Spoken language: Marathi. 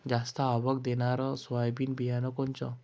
जास्त आवक देणनरं सोयाबीन बियानं कोनचं?